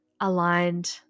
aligned